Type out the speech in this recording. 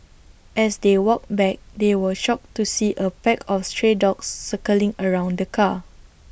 as they walked back they were shocked to see A pack of stray dogs circling around the car